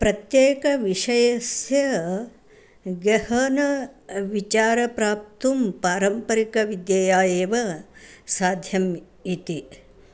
प्रत्येकविषयस्य गहनविचारं प्राप्तुं पारम्परिकविद्यया एव साध्यम् इति